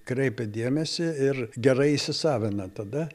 kreipia dėmesį ir gerai įsisavina tada